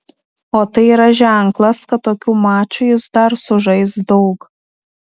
o tai yra ženklas kad tokių mačų jis dar sužais daug